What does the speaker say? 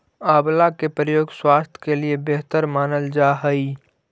आंवला के प्रयोग स्वास्थ्य के लिए बेहतर मानल जा हइ